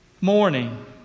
morning